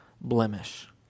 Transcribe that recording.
blemish